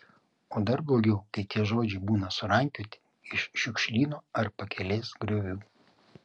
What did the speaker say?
o dar blogiau kai tie žodžiai būna surankioti iš šiukšlyno ar pakelės griovių